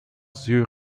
sur